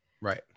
Right